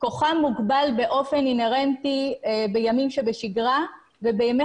כוחם מוגבל באופן אינהרנטי בימים שבשגרה ובימי